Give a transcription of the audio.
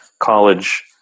college